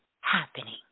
happening